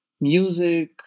music